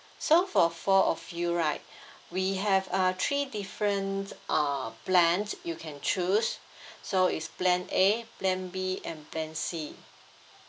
so for four of you right we have uh three different uh plans you can choose so it's plan A plan B and plan C